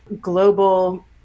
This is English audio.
global